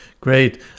Great